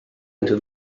until